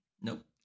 Nope